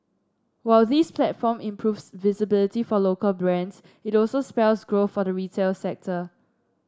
while this platform improves visibility for local brands it also spells growth for the retail sector